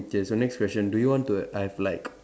okay so next question do you want to have like